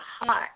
heart